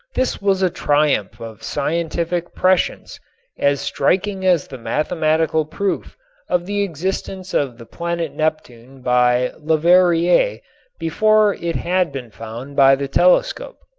this was a triumph of scientific prescience as striking as the mathematical proof of the existence of the planet neptune by leverrier before it had been found by the telescope.